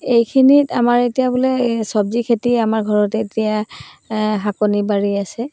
এইখিনিত আমাৰ এতিয়া বোলে এই চব্জি খেতি আমাৰ ঘৰতে এতিয়া শাকনি বাৰী আছে